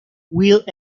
will